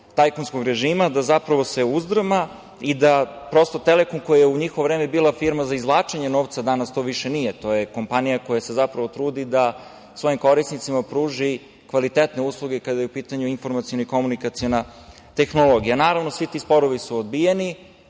tajkunskog režima, da zapravo se uzdrma i da prosto „Telekom“ koji je u njihovo vreme bila firma za izvlačenje novca, danas to više nije. To je kompanija koja se zapravo trudi da svojim korisnicima pruži kvalitetne usluge kada je u pitanju informaciona i komunikaciona tehnologija. Naravno, svi ti sporovi su odbijeni.